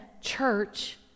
church